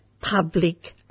public